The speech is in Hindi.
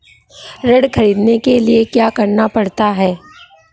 ऋण ख़रीदने के लिए क्या करना पड़ता है?